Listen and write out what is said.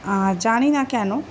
জানি না কেন